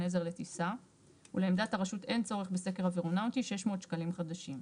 עזר לטיסה ולעמדת הרשות אין צורך בסקר אווירונאוטי - 600 שקלים חדשים.